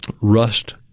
rust